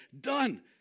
done